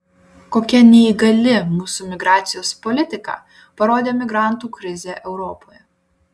kokia neįgali mūsų migracijos politika parodė migrantų krizė europoje